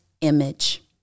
image